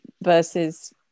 versus